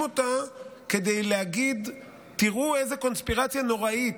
אותה כדי להגיד: תראו איזה קונספירציה נוראית,